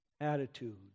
Attitude